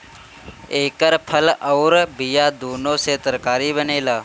एकर फल अउर बिया दूनो से तरकारी बनेला